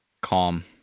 Calm